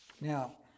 Now